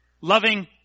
loving